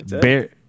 Bear